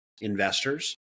investors